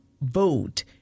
vote